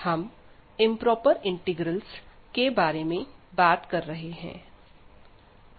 हम improper integrals के बारे में बात कर रहे हैं